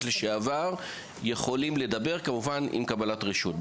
לשעבר יכולים לדבר כמובן עם קבלת רשות.